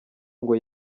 ngo